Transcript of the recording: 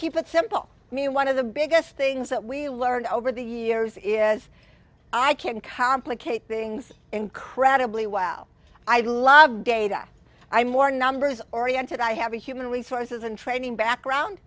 keep it simple i mean one of the biggest things that we learned over the years is i can complicate things incredibly well i love data i'm more numbers oriented i have a human resources and training background